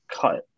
cut